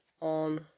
on